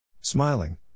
Smiling